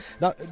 Now